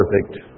perfect